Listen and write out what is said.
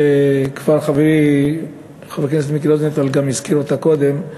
שכבר חברי חבר הכנסת מיקי רוזנטל הזכיר אותה קודם,